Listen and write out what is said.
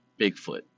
Bigfoot